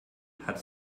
hat